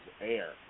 air